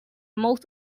most